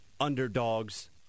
underdogs